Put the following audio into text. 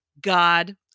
God